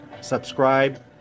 subscribe